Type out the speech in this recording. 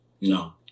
no